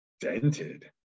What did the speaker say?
dented